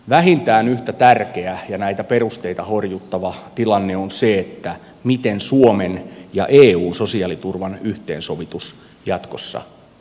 vähintään yhtä tärkeä ja näitä perusteita horjuttava tilanne on se miten suomen ja eun sosiaaliturvan yhteensovitus jatkossa hoidetaan